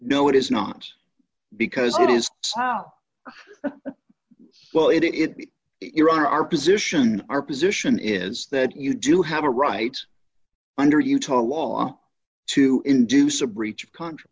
no it is not because it is how well it is iran our position our position is that you do have a right under utah law to induce a breach of contr